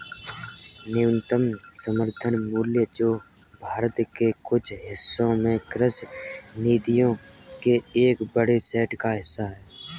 न्यूनतम समर्थन मूल्य जो भारत के कुछ हिस्सों में कृषि नीतियों के एक बड़े सेट का हिस्सा है